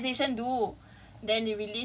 what can the what can the